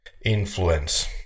influence